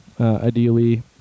ideally